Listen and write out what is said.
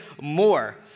more